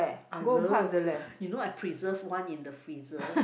I love you know I preserve one in the freezer